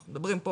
אנחנו מדברים פה